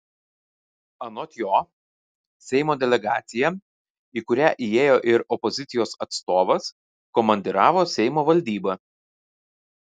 anot jo seimo delegaciją į kurią įėjo ir opozicijos atstovas komandiravo seimo valdyba